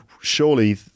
surely